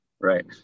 Right